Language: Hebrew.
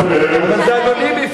אבל זה אנונימי,